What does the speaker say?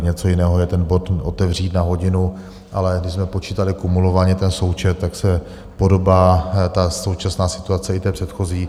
Něco jiného je ten bod otevřít na hodinu, ale když jsme počítali kumulovaně ten součet, tak se podobá ta současná situace, i té předchozí.